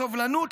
והסובלנות,